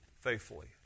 faithfully